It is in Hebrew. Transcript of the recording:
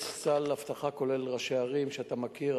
יש סל אבטחה, כולל ראשי ערים שאתה מכיר.